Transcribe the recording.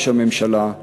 ראש הממשלה,